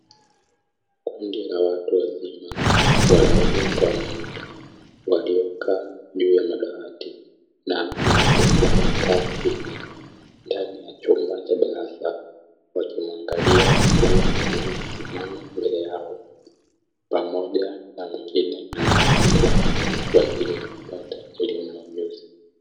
Kundi la watu wazima, wanaume kwa wanawake, waliokaa juu ya madawati na mmoja aliyekaa chini ndani ya chumba cha darasa, wakimuangalia mwalimu aliyesimama mbele yao pamoja na mwingine anayeandika kwa ajili ya kupata elimu na ujuzi.